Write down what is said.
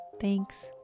Thanks